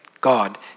God